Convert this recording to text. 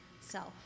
self